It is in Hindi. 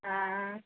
हाँ